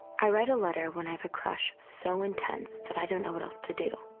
i write a letter when i have a crush so intense that i don't know what else to do.